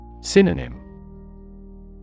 Synonym